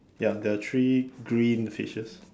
ya the three green fishes